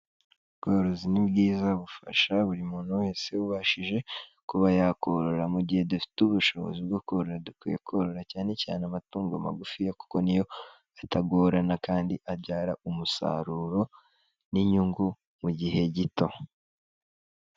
Ubworozi ni bwiza bufasha buri muntu wese ubashije kuba yakorora. Mu gihe dufite ubushobozi bwo korora dukwiye korora cyane cyane amatungo magufiya kuko ni yo atagorana kandi abyara umusaruro n'inyungu mu gihe gito.